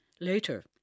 Later